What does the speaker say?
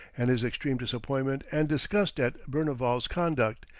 and his extreme disappointment and disgust at berneval's conduct,